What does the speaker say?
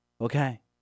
okay